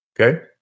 Okay